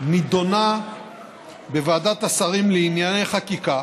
נדונה בוועדת שרים לענייני חקיקה,